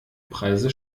preise